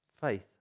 Faith